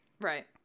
Right